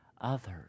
others